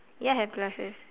ya have glasses